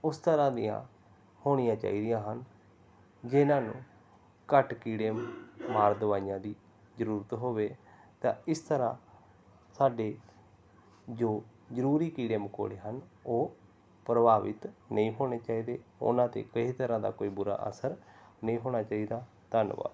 ਉਸ ਤਰ੍ਹਾਂ ਦੀਆਂ ਹੋਣੀਆਂ ਚਾਹੀਦੀਆਂ ਹਨ ਜਿਨ੍ਹਾਂ ਨੂੰ ਘੱਟ ਕੀੜੇ ਮਾਰ ਦਵਾਈਆਂ ਦੀ ਜ਼ਰੂਰਤ ਹੋਵੇ ਤਾਂ ਇਸ ਤਰ੍ਹਾਂ ਸਾਡੇ ਜੋ ਜ਼ਰੂਰੀ ਕੀੜੇ ਮਕੌੜੇ ਹਨ ਉਹ ਪ੍ਰਭਾਵਿਤ ਨਹੀਂ ਹੋਣੇ ਚਾਹੀਦੇ ਉਹਨਾਂ 'ਤੇ ਕਿਸੇ ਤਰ੍ਹਾਂ ਦਾ ਕੋਈ ਬੁਰਾ ਅਸਰ ਨਹੀਂ ਹੋਣਾ ਚਾਹੀਦਾ ਧੰਨਵਾਦ